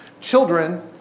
Children